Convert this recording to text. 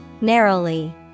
Narrowly